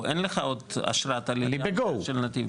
אין לך עוד אשרת עלייה של נתיב,